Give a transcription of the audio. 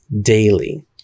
daily